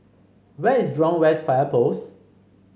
where is Jurong West Fire Post